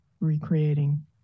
recreating